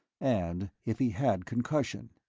and if he had concussion.